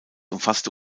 umfasste